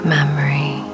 memory